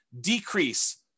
decrease